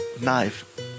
knife